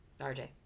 RJ